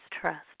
trust